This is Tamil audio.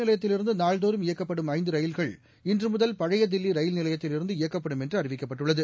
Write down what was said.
நிலையத்தில் இருந்துநாள்தோறும் இயக்கப்படும் இந்தரயில் ஜம்தரயில்கள் இன்றுமுதல் பழையதில்லிரயில் நிலையத்தில் இருந்து இயக்கப்படும் என்றுஅறிவிக்கப்பட்டுள்ளது